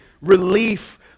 relief